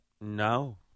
No